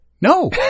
No